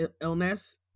illness